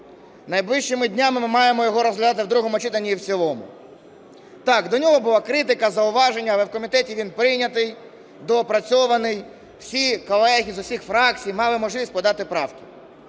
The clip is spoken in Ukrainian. Найближчими днями ми маємо його розглядати в другому читанні і в цілому. Так, до нього була критика, зауваження, але в комітеті він прийнятий, доопрацьований. Всі колеги з усіх фракцій мали можливість подати правки.